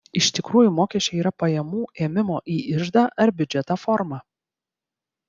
iš tikrųjų mokesčiai yra pajamų ėmimo į iždą ar biudžetą forma